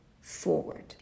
forward